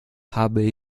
habe